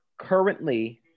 currently